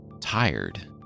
tired